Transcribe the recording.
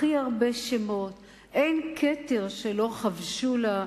הכי הרבה שמות, אין כתר שלא חבשו לה,